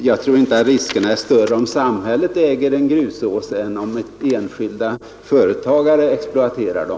Jag tror inte att riskerna är större för villaägarna om samhället äger en grusås än om enskilda företagare exploaterar dem.